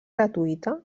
gratuïta